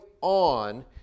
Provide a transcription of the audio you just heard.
on